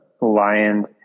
lion's